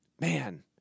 Man